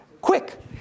Quick